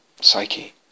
psyche